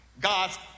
God's